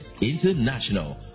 International